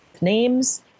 names